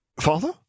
Father